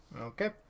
Okay